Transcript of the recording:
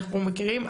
אנחנו מכירים,